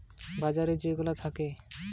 টাকা লেনদেন হতিছে আর্থিক বাজার যে গুলা থাকে